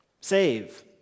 save